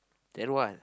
then what